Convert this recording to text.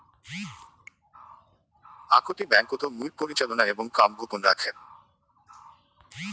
আকটি ব্যাংকোত মুইর পরিচালনা এবং কাম গোপন রাখে